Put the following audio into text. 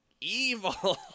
evil